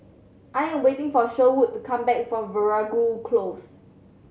I am waiting for Sherwood to come back from Veeragoo Close